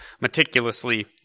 meticulously